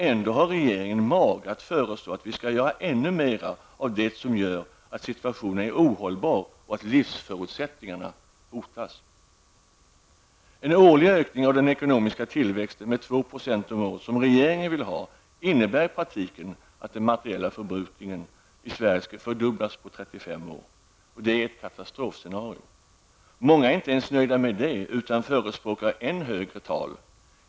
Ändå har regeringen mage att föreslå åtgärder som gör att situationen blir ännu mer ohållbar och att livsförutsättningarna hotas. 2 %, som regeringen vill ha, innebär i praktiken att den materiella förbrukningen i Sverige kommer att fördubblas på 35 år. Det är ett katastrofscenario som vi har framför oss. Många är inte ens nöjda med 2 %, utan förespråkar ett än högre tal.